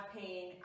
pain